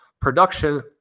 production